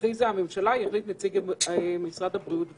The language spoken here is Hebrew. הכריזה הממשלה, יחליט נציג משרד הבריאות וכולי.